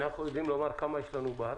אנחנו יודעים לומר כמה יש לנו בארץ?